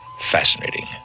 fascinating